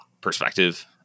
perspective